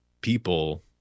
people